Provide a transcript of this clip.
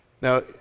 Now